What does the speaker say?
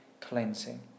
cleansing